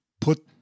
put